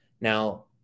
now